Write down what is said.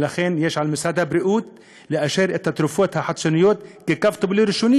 ולכן על משרד הבריאות לאשר את התרופות החדשות כטיפול קו ראשון,